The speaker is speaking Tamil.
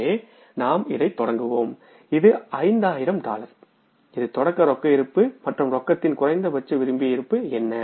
எனவே நாம்இதைத் தொடங்குவோம் இது 5000 டாலர் இது தொடக்க ரொக்க இருப்பு மற்றும் ரொக்கத்தின் குறைந்தபட்ச விரும்பிய இருப்பு என்ன